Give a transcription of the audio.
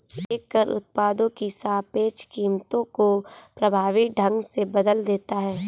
एक कर उत्पादों की सापेक्ष कीमतों को प्रभावी ढंग से बदल देता है